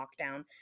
lockdown